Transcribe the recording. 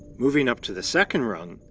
moving up to the second rung,